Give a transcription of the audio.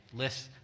lists